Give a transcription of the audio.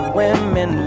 women